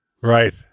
Right